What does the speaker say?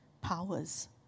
powers